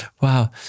Wow